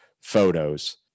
photos